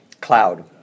Cloud